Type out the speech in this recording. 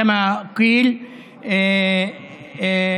כפי שכבר נאמר,